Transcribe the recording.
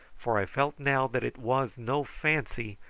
for i felt now that it was no fancy,